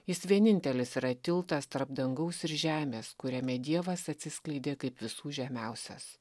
jis vienintelis yra tiltas tarp dangaus ir žemės kuriame dievas atsiskleidė kaip visų žemiausias